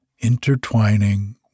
intertwining